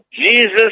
Jesus